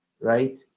right